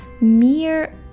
mere